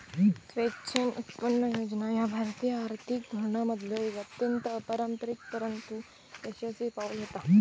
स्वेच्छेने उत्पन्न योजना ह्या भारतीय आर्थिक धोरणांमधलो एक अत्यंत अपारंपरिक परंतु यशस्वी पाऊल होता